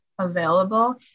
available